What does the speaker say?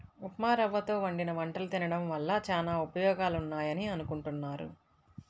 ఉప్మారవ్వతో వండిన వంటలు తినడం వల్ల చానా ఉపయోగాలున్నాయని అనుకుంటున్నారు